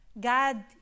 God